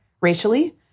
racially